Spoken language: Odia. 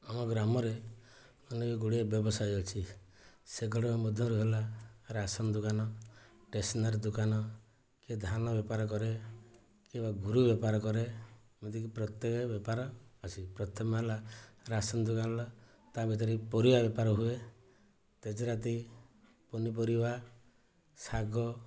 ଆମ ଗ୍ରାମରେ ଅନେକ ଗୁଡ଼ିଏ ବ୍ୟବସାୟ ଅଛି ସେଗୁଡ଼ିକ ମଧ୍ୟରୁ ହେଲା ରାସନ ଦୋକାନ ଟେସନାରୀ ଦୋକାନ କିଏ ଧାନ ବେପାର କରେ କିଏ ବା ଗୋରୁ ବେପାର କରେ ଏମିତିକି ପ୍ରତ୍ୟେକେ ବେପାର ଅଛି ପ୍ରଥମେ ହେଲା ରାସନ ଦୋକାନ ହେଲା ତା ଭିତରେ ବି ପରିବା ବେପାର ହୁଏ ତେଜରାତି ପନିପରିବା ଶାଗ